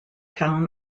town